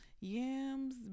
Yams